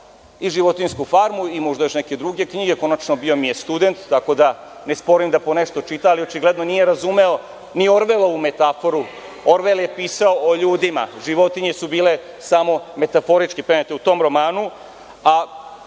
i „Životinjsku farmu“ i možda još neke druge knjige, konačno bio mi je student, tako ne sporim da ponešto čita, ali očigledno nije razumeo ni Orvelovu metaforu. Orvel je pisao o ljudima, životinje su bile samo metaforički prenete u tom romanu, a